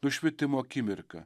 nušvitimo akimirka